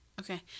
Okay